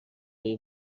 های